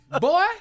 Boy